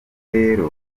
rero